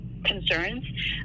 Concerns